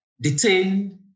detained